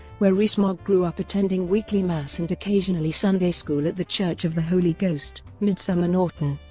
where rees-mogg grew up attending weekly mass and occasionally sunday school at the church of the holy ghost, midsomer norton.